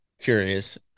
curious